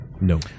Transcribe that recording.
No